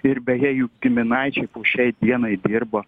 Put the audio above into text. ir beje jų giminaičiai po šiai dienai dirba